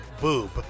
boob